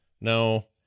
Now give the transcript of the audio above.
No